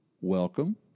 Welcome